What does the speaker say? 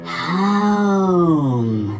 home